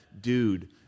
dude